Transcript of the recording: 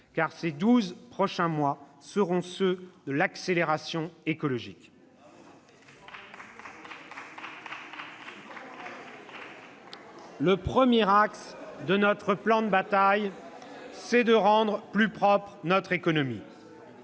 Car ces douze prochains mois seront ceux de l'accélération écologique. » Bravo !« Le premier axe de notre plan de bataille, c'est de rendre plus propre notre économie,